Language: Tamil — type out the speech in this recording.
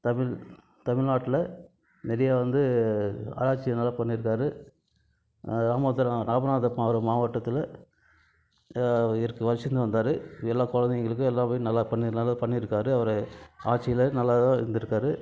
தமிழ் தமிழ்நாட்டில் நிறைய வந்து ஆராய்ச்சிகளெலாம் பண்ணியிருக்காரு அது ராமதூரம் ராமநாதபுரம் மாவட்டத்தில் இருக்க வசிச்சின்னு வந்தார் எல்லா குழந்தைங்களுக்கும் எல்லாமே நல்லா பண்ணி நல்லா பண்ணியிருக்காரு அவர் ஆட்சியில நல்லா தான் இருந்துருக்கார்